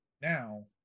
now